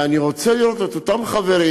ואני רוצה לראות את אותם חברים,